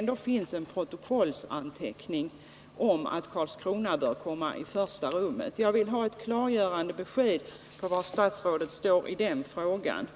det finns ju en protokollsanteckning om att Karlskrona bör komma i första rummet. Jag vill ha ett klargörande besked om var statsrådet står i denna fråga.